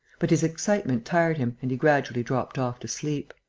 but his excitement tired him and he gradually dropped off to sleep.